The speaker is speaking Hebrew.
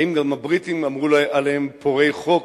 האם גם הבריטים אמרו עליהם "פורעי חוק",